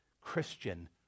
Christian